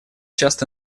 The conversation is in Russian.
часто